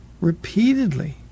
repeatedly